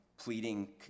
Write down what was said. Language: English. pleading